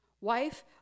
wife